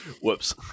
Whoops